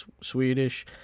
Swedish